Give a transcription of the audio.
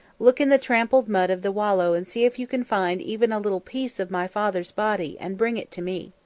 look in the trampled mud of the wallow and see if you can find even a little piece of my father's body and bring it to me.